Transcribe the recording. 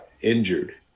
injured